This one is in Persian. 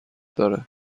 داره